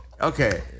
Okay